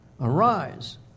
Arise